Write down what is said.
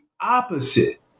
opposite